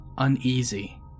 uneasy